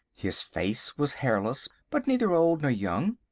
his face was hairless, but neither old nor young.